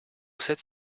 cette